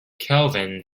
kelvin